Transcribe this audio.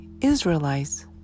Israelites